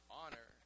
honor